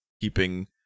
keeping